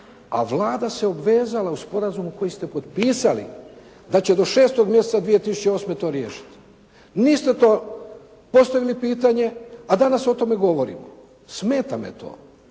a Vlada se obvezala u sporazumu koji ste potpisali da će do šestog mjeseca 2008. to riješiti. Niste to postavili pitanje, a danas o tome govorimo. Smeta me to.